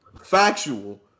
Factual